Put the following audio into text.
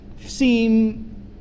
seem